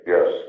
Yes